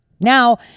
now